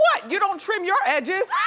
yeah you don't trim your edges.